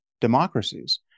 democracies